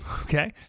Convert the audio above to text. Okay